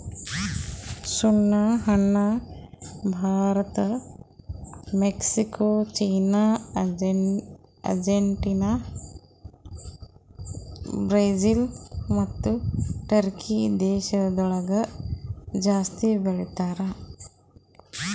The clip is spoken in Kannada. ಸುಣ್ಣ ಹಣ್ಣ Bharat, Mexico, China, Argentina, Brazil ಮತ್ತ ಟರ್ಕಿ ದೇಶಗೊಳ್ ಜಾಸ್ತಿ ಬೆಳಿತಾರ್